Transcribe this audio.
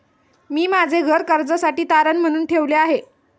मी माझे घर कर्जासाठी तारण म्हणून ठेवले आहे